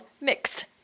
mixed